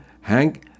Hank